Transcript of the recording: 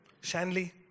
Shanley